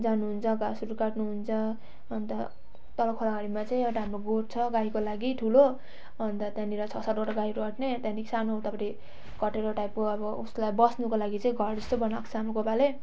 जानु हुन्छ घाँसहरू काट्नु हुन्छ अन्त तल खोला घारीमा चाहिँ एउटा हाम्रो गोठ छ गाईको लागि ठुलो अन्त त्यहाँनेर छ सातवटा गाईहरू अँट्ने त्यहाँदेखि सानो उतापट्टि कटेरो टाइपको अब उसलाई बस्नुको लागि चाहिँ घर जस्तो बनाएको छ हाम्रो कोपाले